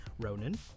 Ronan